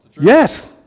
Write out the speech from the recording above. Yes